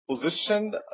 positioned